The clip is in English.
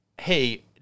hey